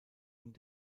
und